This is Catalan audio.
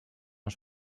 els